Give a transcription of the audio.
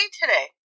today